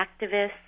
activists